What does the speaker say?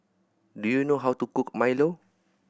do you know how to cook milo